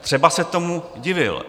Třeba se tomu divil.